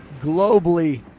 globally